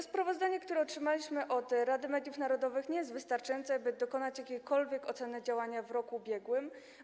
Sprawozdanie, które otrzymaliśmy od Rady Mediów Narodowych, nie jest wystarczające, aby dokonać jakiejkolwiek oceny działania w roku ubiegłym.